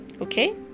okay